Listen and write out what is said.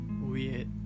weird